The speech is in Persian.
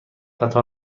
قطار